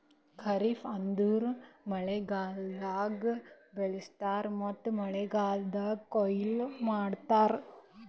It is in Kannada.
ಖರಿಫ್ ಅಂದುರ್ ಮಳೆಗಾಲ್ದಾಗ್ ಬೆಳುಸ್ತಾರ್ ಮತ್ತ ಮಳೆಗಾಲ್ದಾಗ್ ಕೊಯ್ಲಿ ಮಾಡ್ತಾರ್